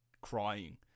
crying